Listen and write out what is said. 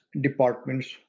departments